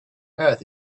earth